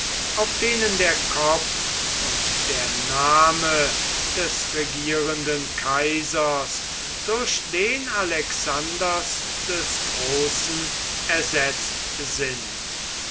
auf denen der kopf und der name des regierenden kaisers durch den alexanders des großen ersetzt sind